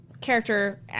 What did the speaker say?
character